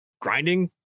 grinding